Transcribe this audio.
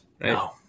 No